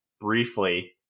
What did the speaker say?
briefly